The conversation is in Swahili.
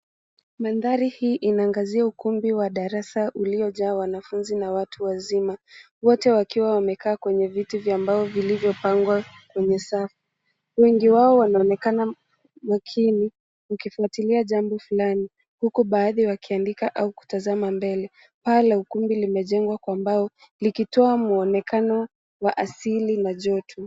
Mandhari hii inaangazia ukumbi wa darasa uliojaa wanafunzi na watu wazima, wote wakiwa wamekaa kwenye viti vya mbao vilivyopangwa kwenye safu. Wengi wao wanaonekana makini, wakifuatilia jambo fulani, huku baadhi yao wakiandika au kutazama mbele. Paa la ukumbi limejengwa kwa mbao, likitoa mwonekano wa asili na joto.